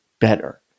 better